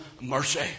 mercy